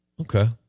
Okay